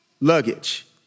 luggage